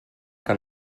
que